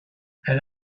elle